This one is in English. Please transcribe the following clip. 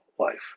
life